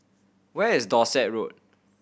where is Dorset Road